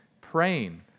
praying